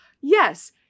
Yes